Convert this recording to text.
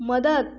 मदत